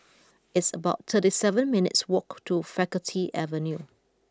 it's about thirty seven minutes' walk to Faculty Avenue